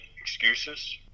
excuses